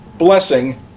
blessing